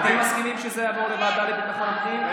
אתם מסכימים שזה יעבור לוועדה לביטחון הפנים?